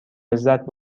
لذت